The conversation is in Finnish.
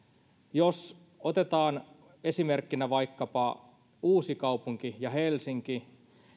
jos otetaan esimerkkinä vaikkapa uusikaupunki ja helsinki